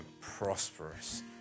prosperous